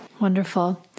Wonderful